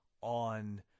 on